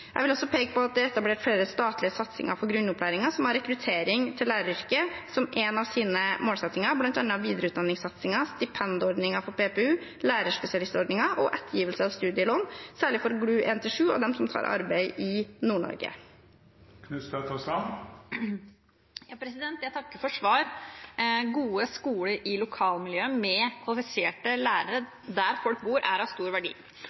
Jeg vil også peke på at det er etablert flere statlige satsinger for grunnopplæringen som har rekruttering til læreryrket som en av sine målsettinger, bl.a. videreutdanningssatsingen, stipendordningen for PPU, lærerspesialistordningen og ettergivelse av studielån, særlig for GLU 1–7 og dem som tar arbeid i Nord-Norge. Jeg takker for svar. Gode skoler i lokalmiljøet, med kvalifiserte lærere der folk bor, er av stor verdi,